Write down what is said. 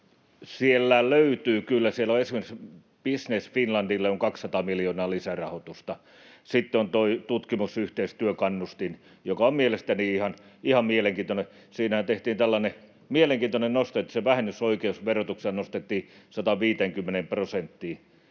Siellä löytyy kyllä, siellä on esimerkiksi Business Finlandille 200 miljoonaa lisärahoitusta. Sitten on tuo tutkimusyhteistyökannustin, joka on mielestäni ihan mielenkiintoinen. Siinähän tehtiin tällainen mielenkiintoinen nosto, että se vähennys-oikeus verotuksessa nostettiin 150 prosenttiin,